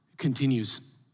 continues